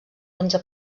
onze